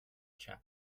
chapel